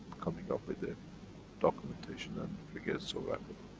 coming up with the documentation and figures, so rapidly.